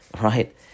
right